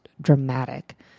dramatic